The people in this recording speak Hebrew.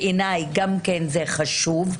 גם בעיניי זה חשוב,